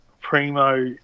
primo